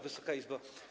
Wysoka Izbo!